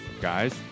Guys